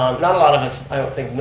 um not a lot of us, i don't think,